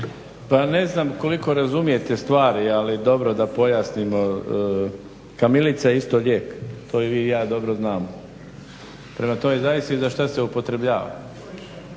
Pa ne znam koliko razumijete stvari, ali dobro da pojasnim, kamilica je isto lijek, to i vi i ja dobro znamo. Prema tome zavisi za šta se upotrebljava.